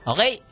Okay